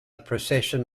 procession